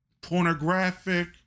pornographic